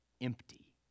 empty